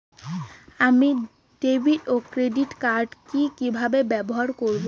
আমি ডেভিড ও credit card কি কিভাবে ব্যবহার করব?